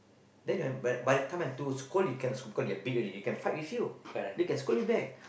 then they have by the time I want to scold you cannot scold because they big already they can fight with you they can scold you back